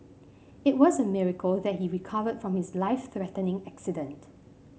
it was a miracle that he recovered from his life threatening accident